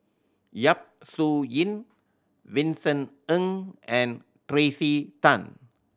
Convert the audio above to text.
Yap Su Yin Vincent Ng and Tracey Tan